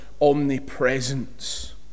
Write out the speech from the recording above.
omnipresence